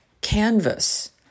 canvas